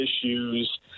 issues